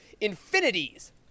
Infinities